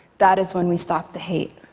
that is when we stop the hate.